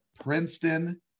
Princeton